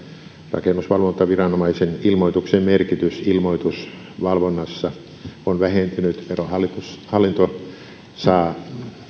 rakennusvalvontaviranomaisen ilmoituksen merkitys ilmoitusvalvonnassa on vähentynyt verohallinto saa